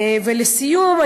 לסיום,